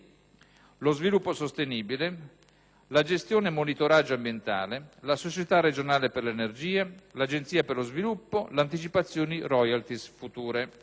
lo sviluppo sostenibile; la gestione del monitoraggio ambientale; la Società regionale per l'energia; l'Agenzia per lo sviluppo; l'anticipazione delle *royalties* future.